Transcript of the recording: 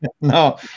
No